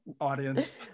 audience